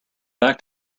back